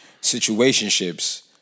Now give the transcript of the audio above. situationships